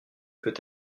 peut